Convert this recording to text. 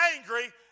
angry